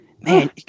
man